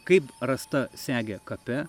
kaip rasta segė kape